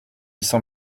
sent